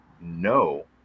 No